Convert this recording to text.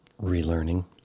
relearning